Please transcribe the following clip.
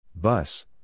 Bus